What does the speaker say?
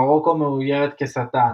מרוקו מאוירת כשטן.